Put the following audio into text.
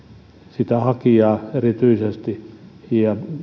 sitä hakijaa erityisesti